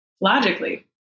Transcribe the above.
logically